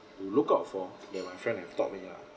to look out for where my friend have taught me lah